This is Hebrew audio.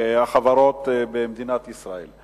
מהחברות במדינת ישראל.